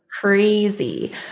Crazy